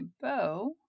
bow